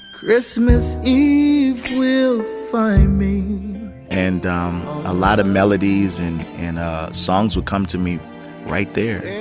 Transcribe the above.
christmas eve will find me and a lot of melodies and songs would come to me right there.